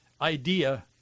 idea